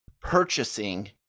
purchasing